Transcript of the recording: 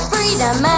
Freedom